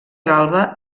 galba